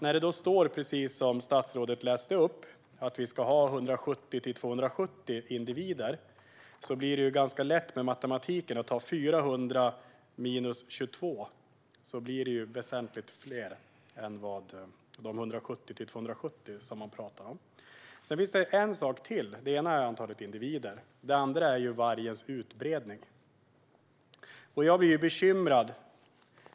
När det står, precis som statsrådet sa, att vi ska ha 170-270 individer blir det ganska lätt matematik; 400 minus 22 blir väsentligt fler än 170-270. Antalet individer är den ena saken. Den andra saken är vargens utbredning, som gör mig bekymrad.